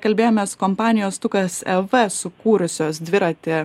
kalbėjomės su kompanijos tukas ev sukūrusios dviratį